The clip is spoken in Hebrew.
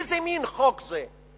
איזה מין חוק זה?